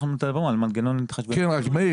מאיר,